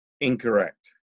incorrect